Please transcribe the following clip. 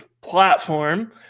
platform